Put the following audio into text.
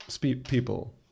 people